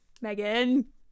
Megan